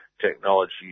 technology